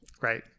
Right